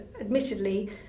admittedly